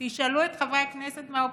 תשאלו את חברי הכנסת מהאופוזיציה,